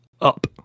up